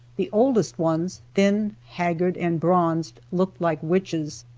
the oldest ones, thin, haggard and bronzed, looked like witches.